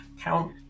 Count